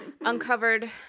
uncovered